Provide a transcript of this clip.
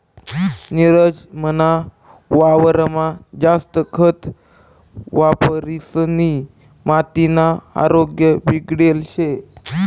नीरज मना वावरमा जास्त खत वापरिसनी मातीना आरोग्य बिगडेल शे